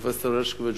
פרופסור הרשקוביץ,